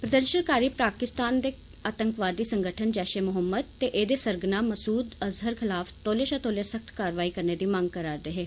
प्रदर्षनकारी पाकिस्तान दे आतंकवादी संगठन जैष ए मोहम्मद ते एदे सरगना मसूद अज़हर खलाफ तौले षा तौले सख्त कारवाई करने दी मंग करा दे हे